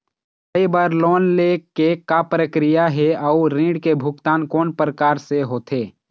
पढ़ई बर लोन ले के का प्रक्रिया हे, अउ ऋण के भुगतान कोन प्रकार से होथे?